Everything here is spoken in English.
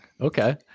Okay